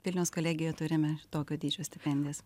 vilniaus kolegijoje turime tokio dydžio stipendijas